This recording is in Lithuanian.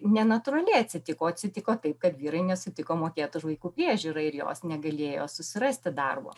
ne natūraliai atsitiko o atsitiko taip kad vyrai nesutiko mokėt už vaikų priežiūrą ir jos negalėjo susirasti darbo